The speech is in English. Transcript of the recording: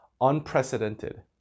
unprecedented